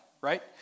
right